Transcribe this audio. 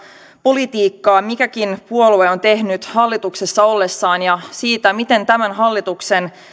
politiikkaa mikäkin puolue on tehnyt hallituksessa ollessaan ja siitä miten tämän hallituksen